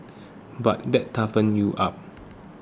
but that toughens you up